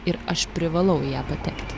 ir aš privalau į ją pateikti